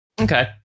Okay